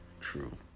true